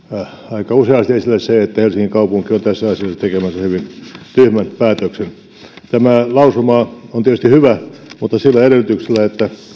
aika useasti esille se että helsingin kaupunki on tässä asiassa tekemässä hyvin tyhmän päätöksen tämä lausuma on tietysti hyvä mutta sillä edellytyksellä että